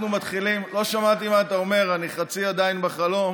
לא שמעתי מה אתה אומר, אני עדיין חצי בחלום.